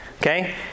Okay